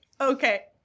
okay